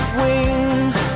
wings